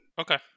Okay